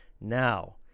Now